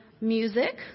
music